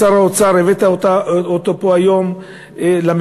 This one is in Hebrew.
שאדוני, שר האוצר, הבאת אותו היום למליאה,